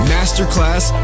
Masterclass